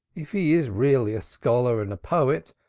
if he is really a scholar and a poet,